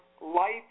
life